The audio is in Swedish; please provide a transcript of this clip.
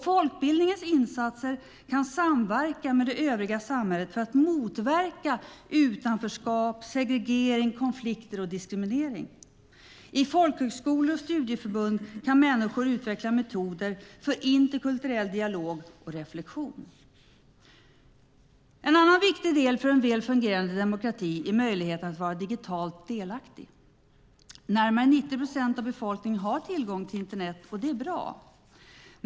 Folkbildningens insatser kan samverka med det övriga samhället för att motverka utanförskap, segregering, konflikter och diskriminering. I folkhögskolor och studieförbund kan människor utveckla metoder för interkulturell dialog och reflexion. En annan viktig del för en väl fungerande demokrati är möjligheten att vara digitalt delaktig. Närmare 90 procent av befolkningen har tillgång till internet, och det är bra.